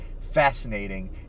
fascinating